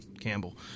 campbell